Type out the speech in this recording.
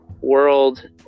world